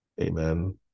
Amen